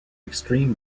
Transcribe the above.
extreme